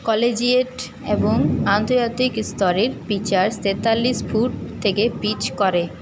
collegiate এবং আন্তর্জাতিক স্তরের পিচার্স তেতাল্লিশ ফুট থেকে পিচ করে